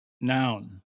noun